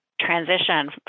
transition